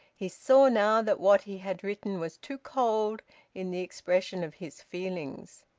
he saw now that what he had written was too cold in the expression of his feelings.